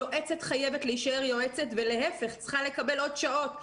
יועצת חייבת להישאר יועצת ולהיפך צריכה לקבל עוד שעות.